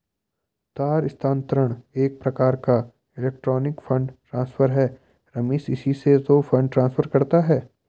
तार स्थानांतरण एक प्रकार का इलेक्ट्रोनिक फण्ड ट्रांसफर है रमेश इसी से तो फंड ट्रांसफर करता है